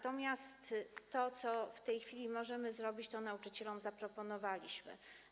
To, co w tej chwili możemy zrobić, to nauczycielom zaproponowaliśmy.